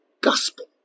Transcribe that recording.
gospel